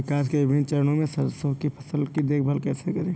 विकास के विभिन्न चरणों में सरसों की फसल की देखभाल कैसे करें?